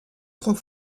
trois